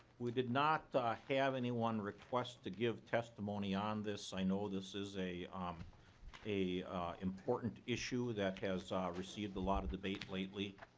we did not have anyone request to give testimony on this. i know this is a um a important issue that has received a lot of debate lately